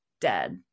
dead